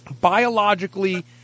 biologically